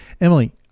Emily